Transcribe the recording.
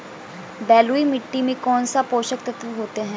बलुई मिट्टी में कौनसे पोषक तत्व होते हैं?